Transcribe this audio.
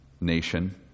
nation